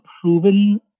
proven